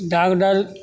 doctor